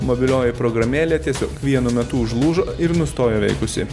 mobilioji programėlė tiesiog vienu metu užlūžo ir nustojo veikusi